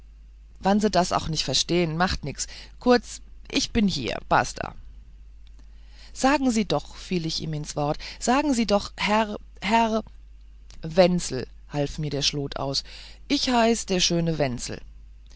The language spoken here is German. wann sie das auch nicht verstähn macht nix kurz ich bin hier pasta sagen sie doch fiel ich ihm ins wort sagen sie doch herr herr wenzel half mir der schlot aus ich heiß der schöne wenzel